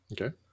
Okay